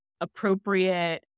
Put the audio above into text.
appropriate